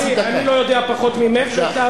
גברתי, אני לא יודע פחות ממך.